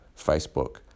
Facebook